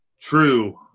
true